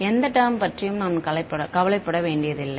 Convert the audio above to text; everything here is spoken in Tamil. எந்த டெர்ம் பற்றியும் நான் கவலைப்பட வேண்டியதில்லை